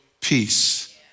peace